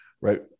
right